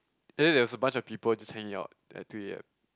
and then there was a bunch of people just hanging out at three A_M